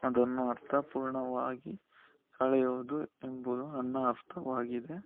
ಅದನ್ನು ಅರ್ಥಪೂರ್ಣವಾಗಿ ಕಳೆಯುವುದು ಎಂಬುದು ನನ್ನ ಅರ್ಥವಾಗಿದೆ